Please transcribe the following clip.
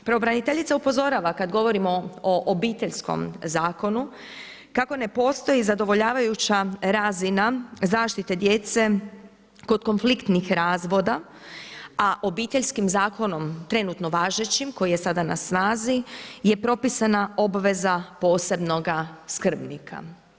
Pravobraniteljica upozorava, kad govorimo o Obiteljskom zakonu, kako ne postoji zadovoljavajuća razina zaštite djece kod konfliktnih razvoda, a Obiteljskim zakonom trenutno važećim, koji je sada na snazi je propisana obveza posebnoga skrbnika.